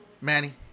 manny